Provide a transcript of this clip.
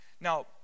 Now